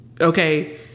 okay